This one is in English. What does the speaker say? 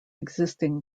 existing